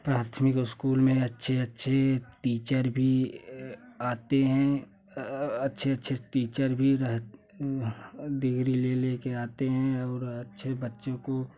प्राथमिक अस्कूल में अच्छे अच्छे टीचर भी आते हैं अच्छे अच्छे टीचर भी रहते डेली ले ले के आते हैं और अच्छे बच्चों को